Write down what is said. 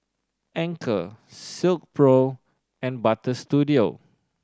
Anchor Silkpro and Butter Studio